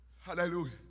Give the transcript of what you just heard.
Hallelujah